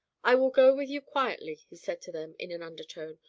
i will go with you quietly, he said to them, in an undertone.